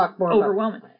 overwhelming